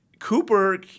Cooper